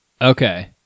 Okay